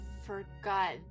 forgot